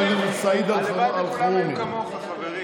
סעיד אלחרומי,